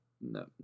no